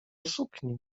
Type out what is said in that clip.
sukni